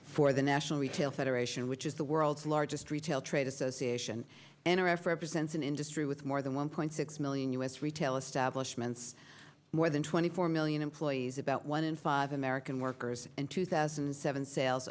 for the national retail federation which is the world's largest retail trade association and r f represents an industry with more than one point six million u s retail establishments more than twenty four million employees about one in five american workers and two thousand and seven sales